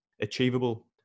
achievable